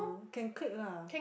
can click lah